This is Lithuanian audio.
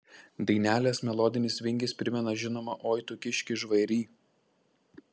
dainelės melodinis vingis primena žinomą oi tu kiški žvairy